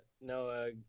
No